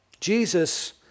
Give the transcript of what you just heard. Jesus